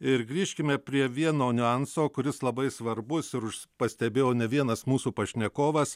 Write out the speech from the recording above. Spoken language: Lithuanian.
ir grįžkime prie vieno niuanso kuris labai svarbus ir už pastebėjo ne vienas mūsų pašnekovas